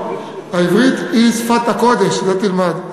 העברית היא שפת הקודש, זה תלמד.